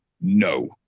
No